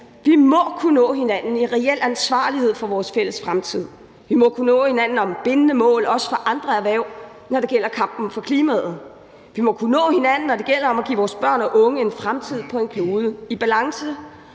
Vi må kunne nå hinanden i reel ansvarlighed for vores fælles fremtid; vi må kunne nå hinanden om bindende mål også for andre erhverv, når det gælder kampen for klimaet; vi må kunne nå hinanden, når det gælder om at give vores børn og unge en fremtid på en klode i balance;